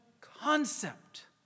concept